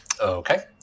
Okay